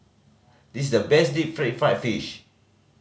this is the best deep fried fish